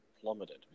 plummeted